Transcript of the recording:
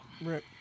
Right